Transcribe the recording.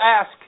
ask